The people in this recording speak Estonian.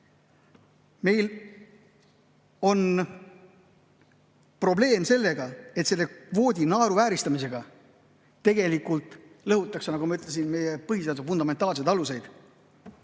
Meil on probleem sellega, et selle kvoodi naeruvääristamisega tegelikult lõhutakse, nagu ma ütlesin, meie põhiseaduse fundamentaalseid aluseid